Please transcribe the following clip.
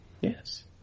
Yes